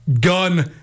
gun